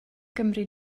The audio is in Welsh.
gymri